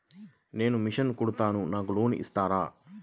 నేను మిషన్ కుడతాను నాకు లోన్ ఇస్తారా?